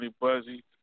Buzzy